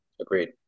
Agreed